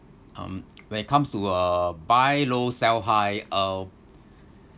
um when it comes to uh buy low sell high uh